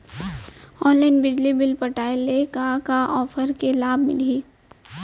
Online बिजली bill पटाय ले का का ऑफ़र के लाभ मिलही?